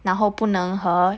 然后不能和